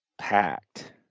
packed